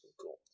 Cool